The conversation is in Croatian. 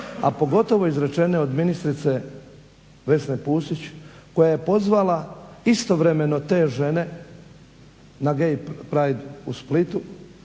a pogotovo izrečene od ministrice Vesne Pusić koja je pozvala istovremeno te žene na gay prade u Splitu,